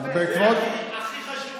זה הכי חשוב היום.